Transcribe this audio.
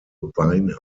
weine